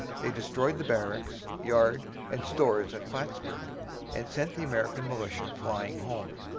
they destroyed the barracks, yard, and stores at plattsburg and sent the american militia flying home.